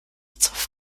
zoff